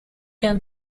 can